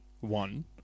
one